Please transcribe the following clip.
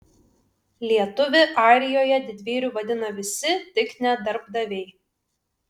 lietuvį airijoje didvyriu vadina visi tik ne darbdaviai